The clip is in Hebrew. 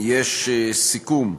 יש סיכום,